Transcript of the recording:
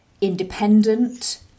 independent